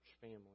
family